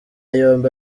yombi